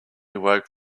awoke